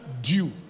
due